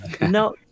No